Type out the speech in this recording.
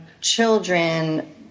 children